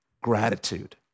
gratitude